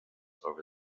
over